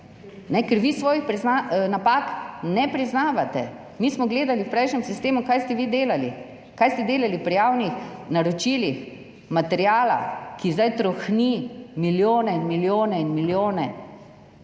Ker vi svojih napak ne priznavate. Mi smo gledali v prejšnjem sistemu, kaj ste vi delali, kaj ste delali pri javnih naročilih materiala, ki zdaj trohni, milijone in milijone in milijone,